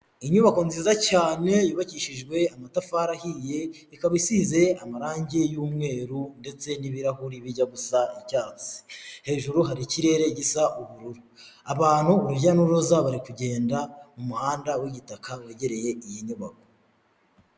Inyubako nziza cyane yubakishijwe amatafari ahiye ikaba isize amarange y'umweru ndetse n'ibirahuri bijya gusa icyatsi, hejuru hari ikirere gisa ubururu abantu urujya n'uruza bari kugenda mu muhanda w'igitaka wegereye iyi nyubako.